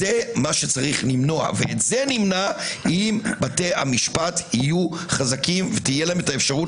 זה מה שצריך למנוע ואת זה נמנע אם בתי המשפט יהיו חזקים ותהיה להם האפשרות